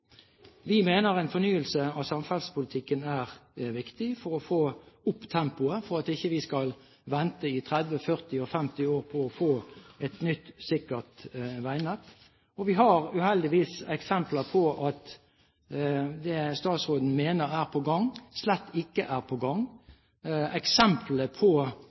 Vi mener en fornyelse av samferdselspolitikken er viktig for å få opp tempoet, for at vi ikke skal vente i 30, 40 og 50 år på å få et nytt og sikkert veinett. Vi har uheldigvis eksempler på at det statsråden mener er på gang, slett ikke er på gang. Eksempler på